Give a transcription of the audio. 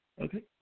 Okay